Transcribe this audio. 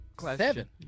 Seven